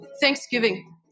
Thanksgiving